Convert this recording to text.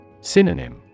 Synonym